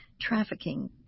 trafficking